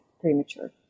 premature